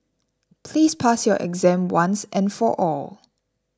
please pass your exam once and for all